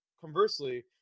conversely